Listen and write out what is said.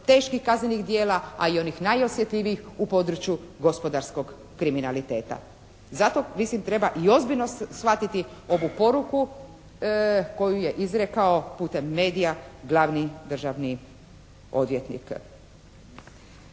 teških kaznenih djela a i onih najosjetljivijih u području gospodarskog kriminaliteta. Zato mislim treba i ozbiljno shvatiti ovu poruku koju je izrekao putem medija glavni državni odvjetnik.